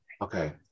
okay